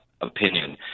opinion